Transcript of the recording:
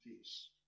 peace